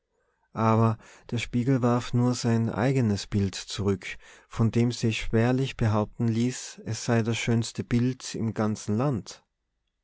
aber der spiegel warf nur sein eigenes bild zurück von dem sich schwerlich behaupten ließ es sei das schönste bild im ganzen land